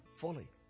fully